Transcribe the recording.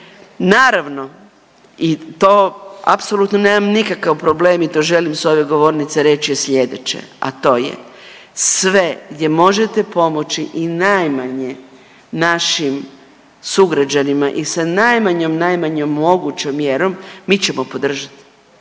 Naravno, i to apsolutno nemam nikakav problem i to želim s ove govornice reći je slijedeće, a to je sve gdje možete pomoći najmanje našim sugrađanima i sa najmanjom, najmanjom mogućom mjerom mi ćemo podržati